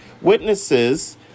witnesses